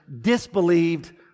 disbelieved